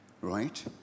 Right